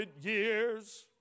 years